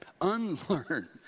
unlearn